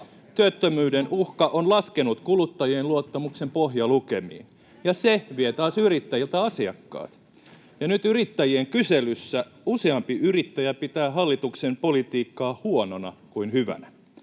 Työttömyyden uhka on laskenut kuluttajien luottamuksen pohjalukemiin, ja se vie taas yrittäjiltä asiakkaat. Nyt yrittäjien kyselyssä useampi yrittäjä pitää hallituksen politiikkaa huonona kuin hyvänä,